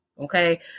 okay